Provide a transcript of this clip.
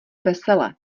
vesele